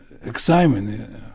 excitement